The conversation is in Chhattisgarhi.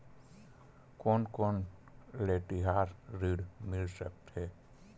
कोन कोन ले तिहार ऋण मिल सकथे?